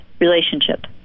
relationship